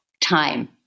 time